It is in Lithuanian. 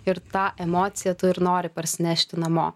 ir tą emociją tu ir nori parsinešti namo